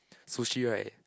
sushi right